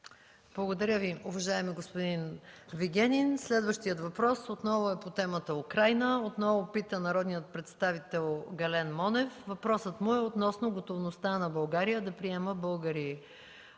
Благодаря Ви, уважаеми господин Вигенин. Следващият въпрос отново е по темата Украйна, отново пита народният представител Гален Монев. Въпросът му е относно готовността на България да приема българи